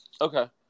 Okay